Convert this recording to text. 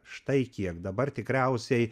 štai kiek dabar tikriausiai